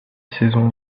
saison